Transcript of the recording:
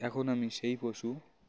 এখন আমি সেই পশু